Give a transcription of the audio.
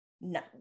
No